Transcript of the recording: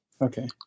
Okay